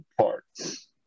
parts